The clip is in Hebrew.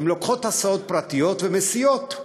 הן לוקחות הסעות פרטיות ומסיעות,